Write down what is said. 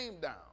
down